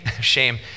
shame